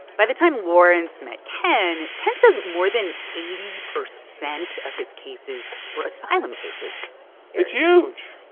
by the time lawrence met ken, ken says more than eighty percent of his cases were asylum cases it's huge.